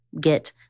get